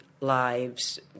lives